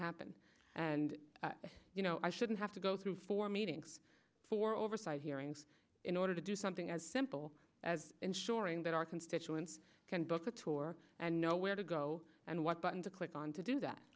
happen and you know i shouldn't have to go through four meetings for oversight hearings in order to do something as simple as ensuring that our constituents can book a tour and know where to go and what button to click on to do that